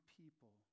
people